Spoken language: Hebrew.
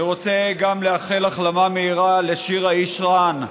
אני רוצה גם לאחר החלמה מהירה לשירה איש-רן,